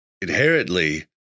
inherently